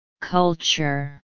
Culture